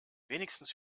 wenigstens